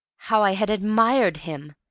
how i had admired him!